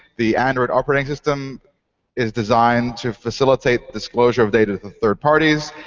the android operating system is designed to facilitate disclosure of data to third parties.